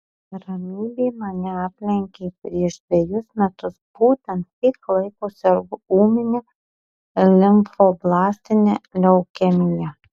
ramybė mane aplenkė prieš dvejus metus būtent tiek laiko sergu ūmine limfoblastine leukemija